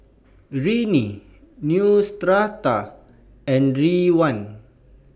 Rene Neostrata and Ridwind